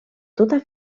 tota